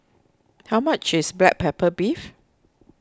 how much is Black Pepper Beef